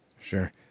sure